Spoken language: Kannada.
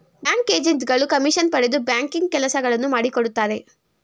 ಬ್ಯಾಂಕ್ ಏಜೆಂಟ್ ಗಳು ಕಮಿಷನ್ ಪಡೆದು ಬ್ಯಾಂಕಿಂಗ್ ಕೆಲಸಗಳನ್ನು ಮಾಡಿಕೊಡುತ್ತಾರೆ